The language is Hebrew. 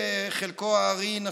חלק הארי שלו,